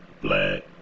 black